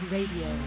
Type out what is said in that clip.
Radio